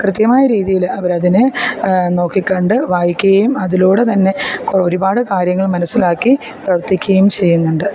കൃത്യമായ രീതിയിൽ അവർ അതിനെ നോക്കി കണ്ടു വായിക്കുകയും അതിലൂടെ തന്നെ ഒരുപാട് കാര്യങ്ങൾ മനസ്സിലാക്കി പ്രവർത്തിക്കുകയും ചെയ്യുന്നുണ്ട്